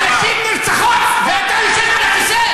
הנשים נרצחות ואתה יושב על הכיסא,